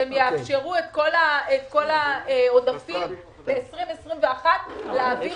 שהם יאפשרו את כל העודפים ב-2021 להעביר